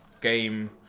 game